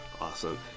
Awesome